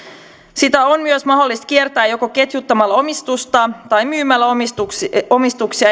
sitä on myös mahdollista kiertää joko ketjuttamalla omistusta tai myymällä omistuksia